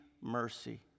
mercy